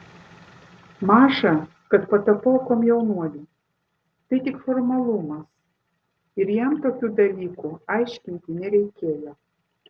maža kad patapau komjaunuoliu tai tik formalumas ir jam tokių dalykų aiškinti nereikėjo